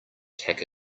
tack